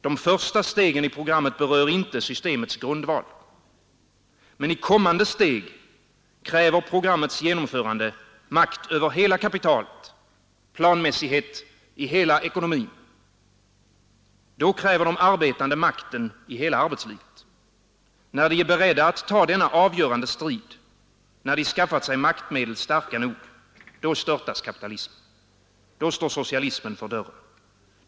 De första stegen i programmet berör inte systemets grundval. Men i kommande steg kräver programmets genomförande makt över hela kapitalet, planmässighet i hela ekonomin. Då kräver de arbetande makten i hela arbetslivet. När de är beredda att ta denna avgörande strid, när de skaffat sig maktmedel som är starka nog, då störtas kapitalismen. Då står socialismen för dörren.